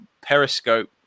Periscope